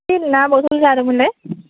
पिल ना बथल जादोंमोनलै